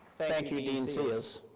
thank you dean sears.